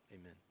amen